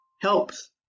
helps